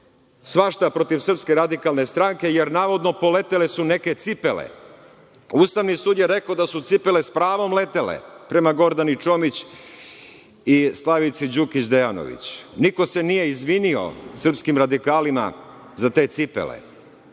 svašta protiv SRS, jer navodno poletele su neke cipele. Ustavni sud je rekao, da su cipele sa pravom letele prema Gordani Čomić i Slavici Đukić Dejanović. Niko se nije izvinio srpskim radikalima za te cipele.